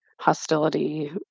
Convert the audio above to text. hostility